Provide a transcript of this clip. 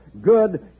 good